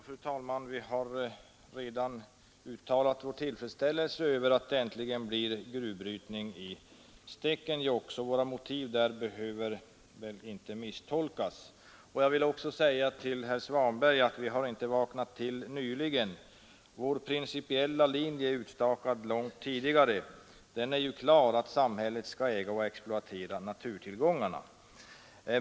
Fru talman! Vi har redan uttalat vår tillfredsställelse över att det äntligen blir gruvbrytning i Stekenjokk. Våra motiv i det avseendet behöver därför inte misstolkas. Jag vill också säga till herr Svanberg att vi inte har vaknat till nyligen. Vår principiella linje är klar och utstakad sedan tidigare, nämligen att samhället skall äga och exploatera naturtillgångarna.